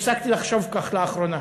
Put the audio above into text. הפסקתי לחשוב כך לאחרונה.